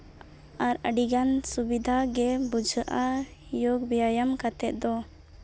ᱟᱨ ᱟᱹᱰᱤᱜᱟᱱ ᱥᱩᱵᱤᱫᱷᱟ ᱜᱮ ᱵᱩᱡᱷᱟᱹᱜᱼᱟ ᱡᱳᱜᱽ ᱵᱮᱭᱟᱢ ᱠᱟᱛᱮᱫ ᱫᱚ